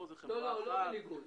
פה זו חברה אחת.